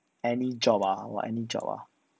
any job ah !wah! any job ah